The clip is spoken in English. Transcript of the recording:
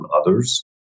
others